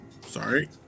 Sorry